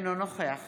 אינו נוכח